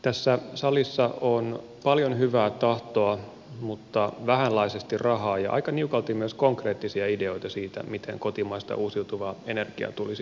tässä salissa on paljon hyvää tahtoa mutta vähänlaisesti rahaa ja aika niukalti myös konkreettisia ideoita siitä miten kotimaista uusiutuvaa energiaa tulisi edistää